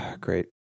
Great